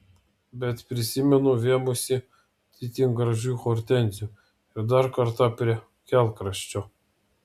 bet prisimenu vėmusi ant itin gražių hortenzijų ir dar kartą prie kelkraščio